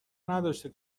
نداشته